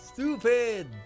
Stupid